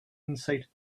insight